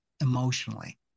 emotionally